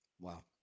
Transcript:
Wow